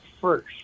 first